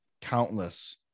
countless